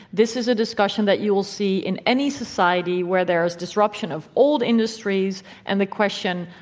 this is a discussion that you will see in any society where there is disruption of old industries and the question,